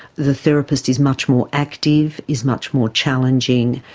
the therapist is much more active, is much more challenging,